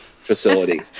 facility